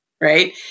right